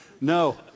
No